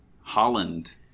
holland